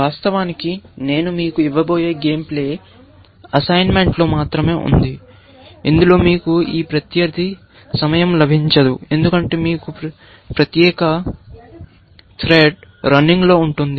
వాస్తవానికి మనం మీకు ఇవ్వబోయే గేమ్ ప్లే అసైన్మెంట్లో మాత్రమే ఉంది ఇందులో మీకు ఈ ప్రత్యర్థి సమయం లభించదు ఎందుకంటే మీకు ప్రత్యేక థ్రెడ్ రన్నింగ్ ఉంటుంది